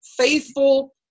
faithful